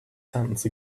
sentence